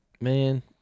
Man